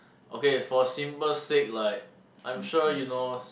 okay for simple sake like I'm sure you know